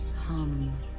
hum